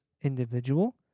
individual